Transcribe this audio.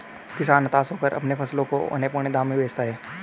किसान हताश होकर अपने फसलों को औने पोने दाम में बेचता है